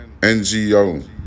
NGO